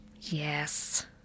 Yes